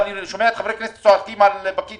ואני שומע את חברי הכנסת צועקים על פקיד